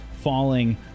falling